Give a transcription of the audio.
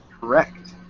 Correct